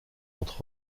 entre